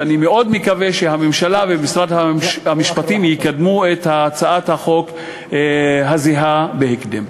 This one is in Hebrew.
ואני מאוד מקווה שהממשלה ומשרד המשפטים יקדמו את הצעת החוק הזהה בהקדם.